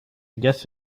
guess